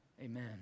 amen